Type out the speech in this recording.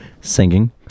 singing